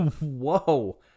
Whoa